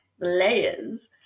layers